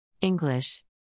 English